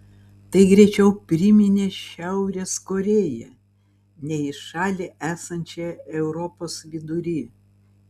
tai greičiau priminė šiaurės korėją nei į šalį esančią europos vidury